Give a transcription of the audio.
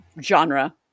genre